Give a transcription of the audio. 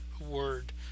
word